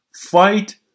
fight